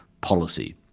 policy